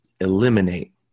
eliminate